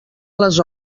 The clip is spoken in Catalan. les